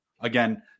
Again